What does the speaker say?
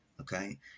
okay